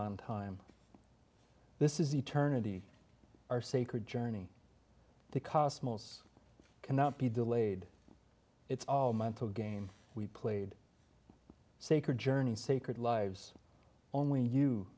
on time this is eternity our sacred journey the cosmos cannot be delayed it's all mental game we played sacred journey sacred lives only you